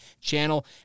channel